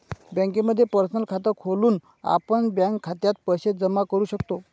बँकेमध्ये पर्सनल खात खोलून आपण बँक खात्यात पैसे जमा करू शकतो